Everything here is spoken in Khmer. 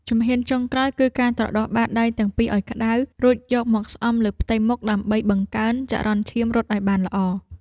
ជំហានចុងក្រោយគឺការត្រដុសបាតដៃទាំងពីរឱ្យក្ដៅ រួចយកមកស្អំលើផ្ទៃមុខ ដើម្បីបង្កើនចរន្តឈាមរត់ឱ្យបានល្អ។